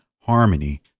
harmony